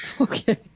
Okay